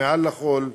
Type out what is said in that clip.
ומעל הכול,